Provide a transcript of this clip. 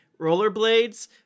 rollerblades